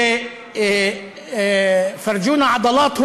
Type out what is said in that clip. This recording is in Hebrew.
(אומר בערבית: